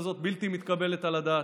בכזאת קלות,